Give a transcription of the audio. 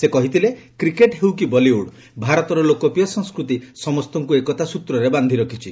ସେ କହିଥିଲେ କ୍ରିକେଟ୍ ହେଉ କି ବଲିଉଡ୍ ଭାରତର ଲୋକପ୍ରିୟ ସଂସ୍କୃତି ସମସ୍ତଙ୍କ ଏକତା ସ୍ତ୍ରରେ ବାନ୍ଧି ରଖିଛି